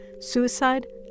suicide